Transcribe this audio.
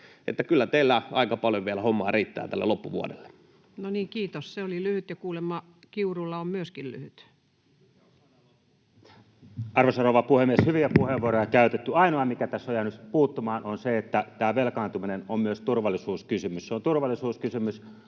kyllä teillä aika paljon vielä hommaa riittää tälle loppuvuodelle. No niin, kiitos, se oli lyhyt, ja kuulemma Kiurulla on myöskin lyhyt. Arvoisa rouva puhemies! Hyviä puheenvuoroja on käytetty. Ainoa, mikä tässä on jäänyt puuttumaan, on se, että tämä velkaantuminen on myös turvallisuuskysymys. Se on turvallisuuskysymys